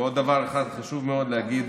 ועוד דבר אחד חשוב מאוד להגיד,